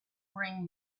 bring